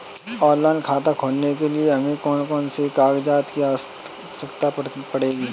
Online खाता खोलने के लिए हमें कौन कौन से कागजात की आवश्यकता पड़ेगी?